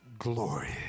glory